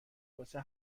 واسه